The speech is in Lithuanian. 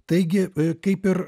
taigi kaip ir